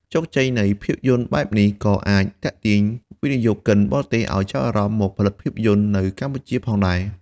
ជោគជ័យនៃភាពយន្តបែបនេះក៏អាចទាក់ទាញវិនិយោគិនបរទេសឲ្យចាប់អារម្មណ៍មកផលិតភាពយន្តនៅកម្ពុជាផងដែរ។